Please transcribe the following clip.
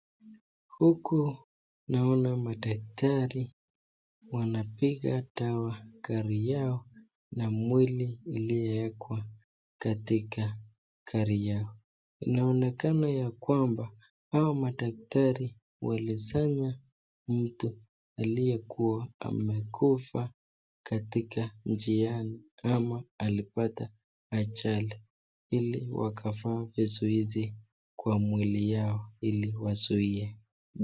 Huku naona madaktari wanapiga dawa gari yao na mwili uliowekwa katika gari yao. Inaonekana ya kwamba hao madaktari walisanya mtu aliyekuwa amekufa katika njiani ama alipata ajali ili wakavaa vizuizi kwa mwili yao ili wazuie